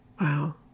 Wow